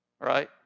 right